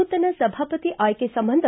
ನೂತನ ಸಭಾಪತಿ ಆಯ್ಲೆ ಸಂಬಂಧ